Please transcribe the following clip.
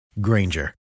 Granger